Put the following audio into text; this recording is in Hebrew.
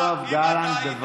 אדוני היושב-ראש, אני אענה לך.